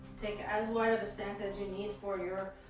take as wide of a stance as you need for your